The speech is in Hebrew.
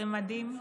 זה מדהים.